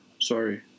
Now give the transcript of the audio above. Sorry